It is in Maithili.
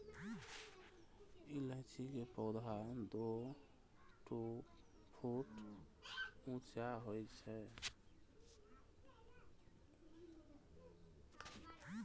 इलायची के पौधा दू फुट ऊंच होइ छै